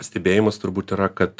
pastebėjimas turbūt yra kad